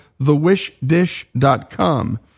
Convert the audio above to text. thewishdish.com